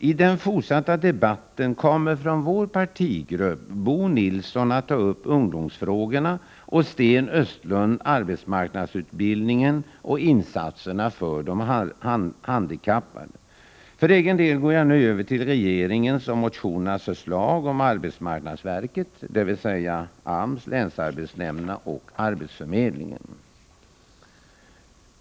I den fortsatta debatten kommer från vår partigrupp Bo Nilsson att ta upp ungdomsfrågorna och Sten Östlund arbetsmarknadsutbildningen och insatserna för handikappade. För egen del går jag nu över till regeringens och motionernas förslag om arbetsmarknadsverket, dvs. AMS. länsarbetsnämnderna och arbetsförmedlingen.